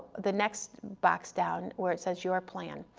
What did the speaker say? the next box down where it says your plan,